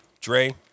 Dre